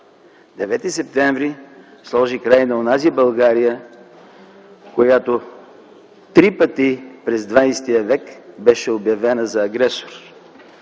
септември сложи край на онази България, която три пъти през ХХ век беше обявена за агресор,